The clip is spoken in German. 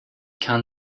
kann